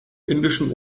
indischen